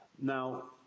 now,